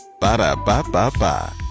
Ba-da-ba-ba-ba